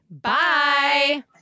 Bye